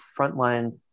frontline